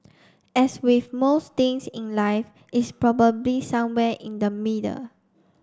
as with most things in life it's probably somewhere in the middle